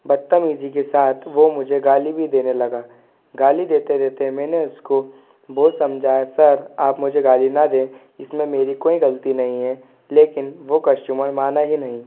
बद्तमीज़ी के साथ वो मुझे गाली भी देने लगा गाली देते देते मैंने उसको बहुत समझाया सर आप मुझे गाली ना दें इसमें मेरी कोई ग़लती नहीं है लेकिन वो कस्टमर माना ही नहीं